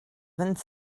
vingt